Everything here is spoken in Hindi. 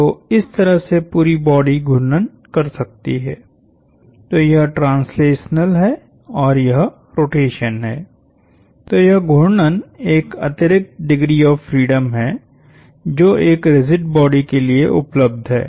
तो इस तरह से पूरी बॉडी घूर्णन कर सकती है तो यह ट्रांसलेशनल है और यह रोटेशन है तो यह घूर्णन एक अतिरिक्त डिग्री ऑफ़ फ्रीडम है जो एक रिजिड बॉडी के लिए उपलब्ध है